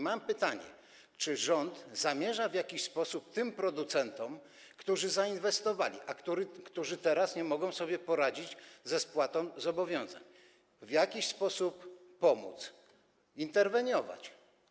Mam pytanie: Czy rząd zamierza tym producentom, którzy zainwestowali, a którzy teraz nie mogą sobie poradzić ze spłatą zobowiązań, w jakiś sposób pomóc, interweniować?